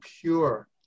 pure